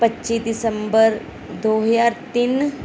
ਪੱਚੀ ਦਸੰਬਰ ਦੋ ਹਜ਼ਾਰ ਤਿੰਨ